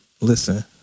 listen